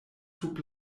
sub